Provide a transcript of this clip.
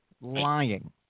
lying